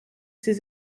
ses